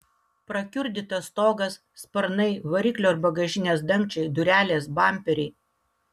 prakiurdytas stogas sparnai variklio ir bagažinės dangčiai durelės bamperiai